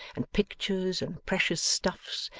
and pictures, and precious stuffs,